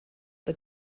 the